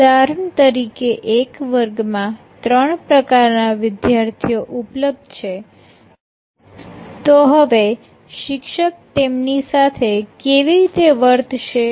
ઉદાહરણ તરીકે એક વર્ગમાં ત્રણ પ્રકારના વિદ્યાર્થી ઓ ઉપલબ્ધ છે તો હવે શિક્ષક તેમની સાથે કેવી રીતે વર્તશે